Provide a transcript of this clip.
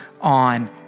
on